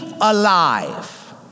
alive